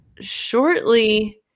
Shortly